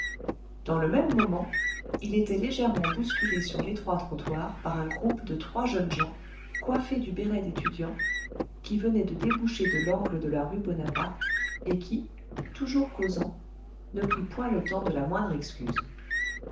dans le même moment il était légèrement bousculé sur l'étroit trottoir par un groupe de trois jeunes gens coiffés du béret d'étudiant qui venait de déboucher de l'angle de la rue bonaparte et qui toujours causant ne prit point le temps de la moindre excuse